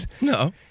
No